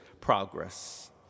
Progress